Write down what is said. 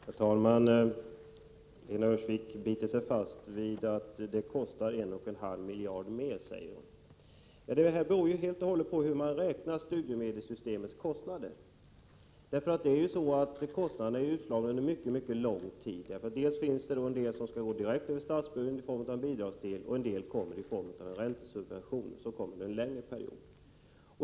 Herr talman! Lena Öhrsvik biter sig fast vid att vårt förslag kostar 1,5 miljarder mer, men det beror helt och hållet på hur man räknar studiemedelssystemets kostnader. Kostnaderna är utslagna under mycket mycket lång tid. En del går direkt över statsbudgeten i form av bidrag, och en del kommer i form av en räntesubvention under en längre period.